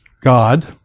God